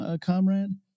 comrade